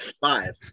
Five